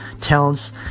talents